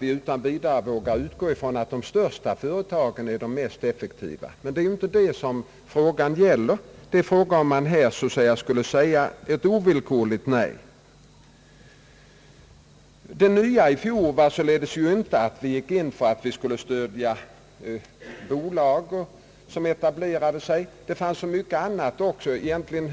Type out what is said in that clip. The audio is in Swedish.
utan vidare vågar utgå ifrån att de största företagen är de mest effektiva. Men det är inte det som frågan gäller. Frågan gäller om man här skulle säga ett ovillkorligt nej. Det nya i fjol var inte att vi gick in för att stödja bolag som etablerade sig i jordbruksproduktionen. Det fanns så mycket annat också.